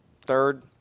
third